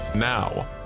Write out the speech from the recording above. Now